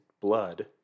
blood